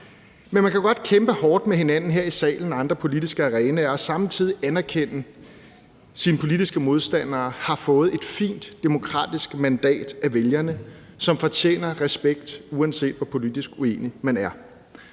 Men man kan godt kæmpe hårdt med hinanden her i salen og i andre politiske arenaer og samtidig anerkende, at ens politiske modstandere har fået et fint demokratisk mandat af vælgerne, som fortjener respekt, uanset hvor politisk uenig man er.